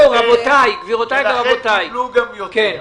ולכן קיבלו גם יותר.